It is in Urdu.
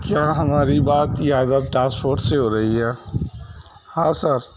کیا ہماری بات یادو ٹرانسپورٹ سے ہو رہی ہے ہاں سر